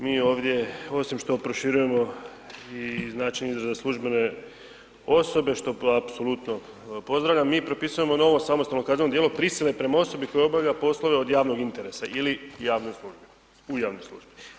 Mi ovdje osim što proširujemo i znači i za službene osobe, što po apsolutno pozdravljam, mi propisujemo novo samostalno kazneno djelo, prisile prema osobi koja obavlja poslove od javnog interesa ili javne službe u javnoj službi.